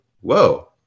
whoa